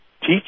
Teach